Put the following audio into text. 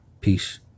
Peace